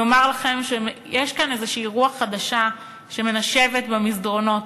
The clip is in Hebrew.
אני אומרת לכם שיש כאן איזושהי רוח חדשה שמנשבת במסדרונות.